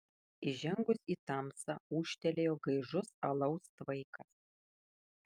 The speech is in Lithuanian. įžengus į tamsą ūžtelėjo gaižus alaus tvaikas